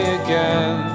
again